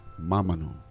Mamanu